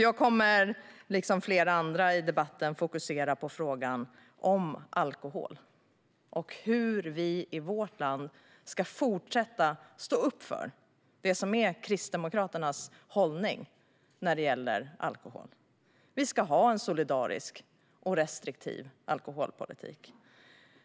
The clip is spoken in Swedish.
Jag kommer, som flera andra i debatten, att fokusera på frågan om alkohol och hur vi i vårt land ska fortsätta att stå upp för det som är Kristdemokraternas hållning när det gäller alkohol. Vi ska ha en solidarisk och restriktiv alkoholpolitik.